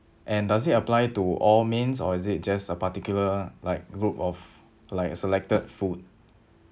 and does it apply to all mains or is it just a particular like group of like selected food